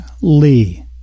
Lee